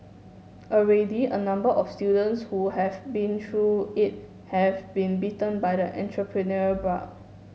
already a number of students who have been through it have been bitten by the entrepreneurial bug